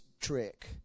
trick